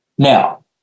Now